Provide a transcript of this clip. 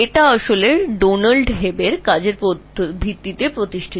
এটি আসলে ডোনাল্ড হেবের কাজের উপর ভিত্তি করে ছিল